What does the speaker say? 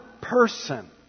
person